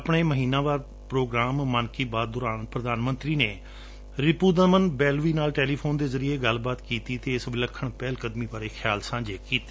ਆਪਣੇ ਮਹੀਨਾਵਾਰ ਪ੍ਰੋਗਰਾਮ ਮਨ ਕੀ ਬਾਤ ਦੌਰਾਨ ਸ੍ਰੀ ਮੋਦੀ ਨੇ ਰਿਪੁਦਮਨ ਬੇਲਵੀ ਨਾਲ ਟੈਲੀਫੋਨ ਦੇ ਜਰਿਏ ਗੱਲਬਾਤ ਵੀ ਕੀਤੀ ਅਤੇ ਇਸ ਵਿਲੱਖਣ ਪਹਿਲਕਦਮੀ ਬਾਰੇ ਖਿਆਲ ਸਾਂਝੇ ਕੀਤੇ